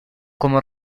como